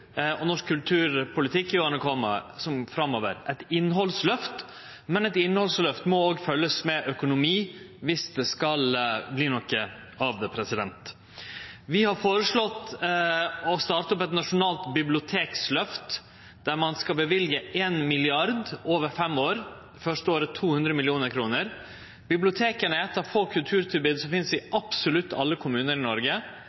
og norsk kulturpolitikk i åra framover – eit innhaldsløft. Eit innhaldsløft må òg følgjast av økonomi om det skal bli noko av det. Vi har føreslått å starte opp eit nasjonalt bibliotekløft, der ein skal løyve 1 mrd. kr over fem år – det første året 200 mill. kr. Biblioteka er eitt av få kulturtilbod som finst i absolutt alle kommunar i Noreg.